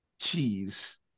cheese